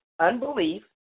unbelief